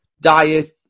diet